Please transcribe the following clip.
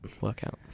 workout